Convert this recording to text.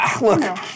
Look